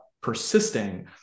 persisting